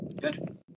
Good